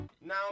Now